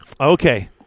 Okay